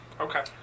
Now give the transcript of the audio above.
Okay